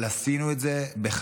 אבל עשינו את זה בחדרי-חדרים,